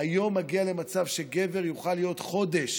היום מגיעים למצב שגבר יוכל להיות חודש